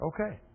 okay